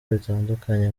bitandukanye